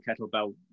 kettlebell